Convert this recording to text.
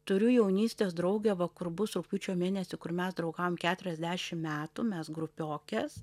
turiu jaunystės draugę va kur bus rugpjūčio mėnesį kur mes draugaujam keturiasdešim metų mes grupiokės